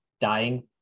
dying